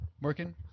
Working